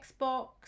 Xbox